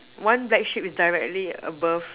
one black sheep is directly above